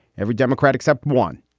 every democratic sept. one,